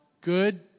good